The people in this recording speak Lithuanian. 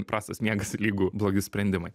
prastas miegas lygu blogi sprendimai